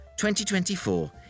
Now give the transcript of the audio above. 2024